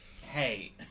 Hey